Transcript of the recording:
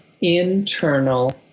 internal